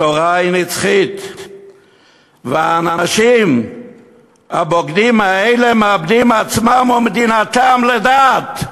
התורה היא נצחית והאנשים הבוגדים האלה מאבדים עצמם ומדינתם לדעת.